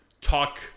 talk